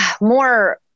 more